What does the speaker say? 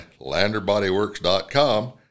LanderBodyWorks.com